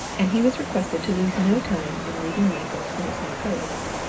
and he was requested to lose no time in leaving naples for his new post.